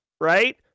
right